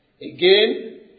Again